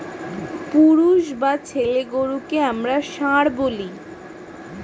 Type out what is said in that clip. পুরুষ বা ছেলে গরুকে আমরা ষাঁড় বলি